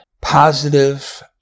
positive